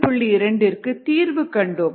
2 விற்கு தீர்வு கண்டோம்